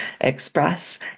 express